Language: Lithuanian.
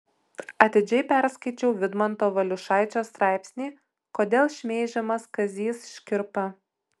atidžiai perskaičiau vidmanto valiušaičio straipsnį kodėl šmeižiamas kazys škirpa